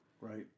Right